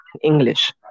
English